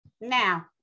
Now